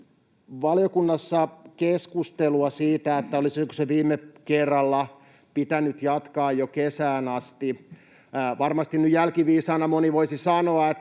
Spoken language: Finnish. kerralla keskustelua siitä, olisiko tätä pitänyt jatkaa kesään asti. Varmasti nyt jälkiviisaana moni voisi sanoa,